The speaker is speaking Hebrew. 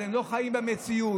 אתם לא חיים במציאות.